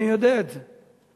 אני יודע את זה.